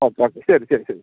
okay okay ശരി ശരി ശരി